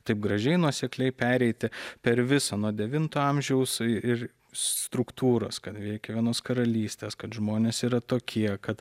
taip gražiai nuosekliai pereiti per visą nuo devinto amžiaus ir struktūros kad reikia vienos karalystės kad žmonės yra tokie kad